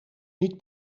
niet